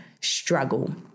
struggle